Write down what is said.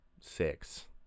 six